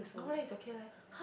no leh it's okay leh